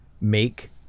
make